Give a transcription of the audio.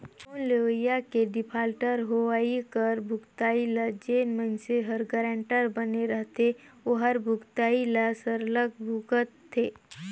loan लेवइया के defaulter होवई कर भुगतई ल जेन मइनसे हर गारंटर बने रहथे ओहर भुगतई ल सरलग भुगतथे